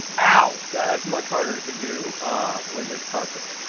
ow! that's much harder to do when there's carpet.